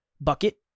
bucket